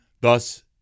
Thus